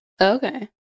Okay